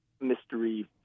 mystery